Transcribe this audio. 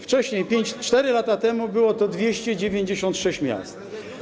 Wcześniej, 4 lata temu, było to 296 miast.